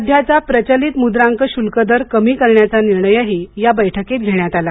सध्याचा प्रचलित मुद्रांक शुल्क दर कमी करण्याचा निर्णयही या बैठकीत घेण्यात आला